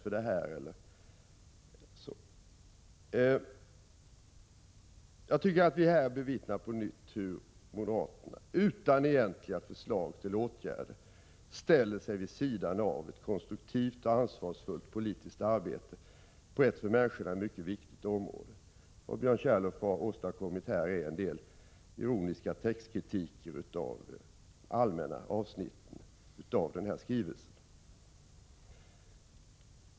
Här bevittnar vi på nytt hur moderaterna, utan 21 november 1986 egentliga förslag till åtgärder, ställer sig vid sidan av ett konstruktivt Och = Jj., anamnes ansvarsfullt politiskt arbete på ett för människor mycket viktigt område. Vad Björn Körlof har åstadkommit är en del ironisk textkritik av de allmänna avsnitten i regeringens skrivelse.